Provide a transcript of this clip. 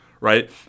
right